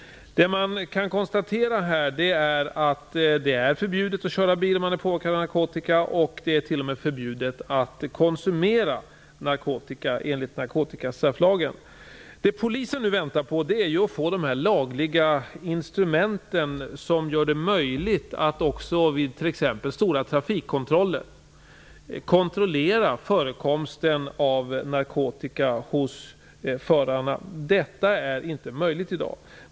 Det man kan konstatera är att det är förbjudet att köra bil om man är påverkad av narkotika. Det är t.o.m. förbjudet att konsumera narkotika enligt narkotikastrafflagen. Det Polisen nu väntar på är att få de lagliga instrument som gör det möjligt att också vid t.ex. stora trafikkontroller kontrollera förekomsten av narkotika hos förarna. Detta är inte möjligt i dag.